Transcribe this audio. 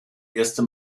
erste